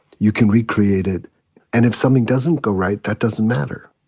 you can recreate it and if something doesn't go right, that doesn't matter.